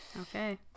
Okay